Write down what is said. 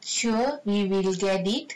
sure you will get it